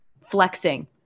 flexing